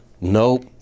nope